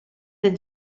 del